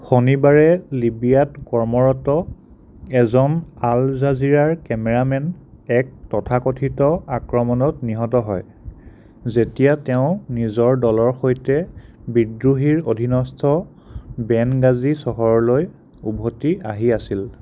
শনিবাৰে লিবিয়াত কৰ্মৰত এজন আল জাজিৰাৰ কেমেৰামেন এক তথাকথিত আক্ৰমণত নিহত হয় যেতিয়া তেওঁ নিজৰ দলৰ সৈতে বিদ্ৰোহীৰ অধীনস্থ বেনগাজী চহৰলৈ উভতি আহি আছিল